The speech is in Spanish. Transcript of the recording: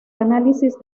análisis